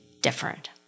different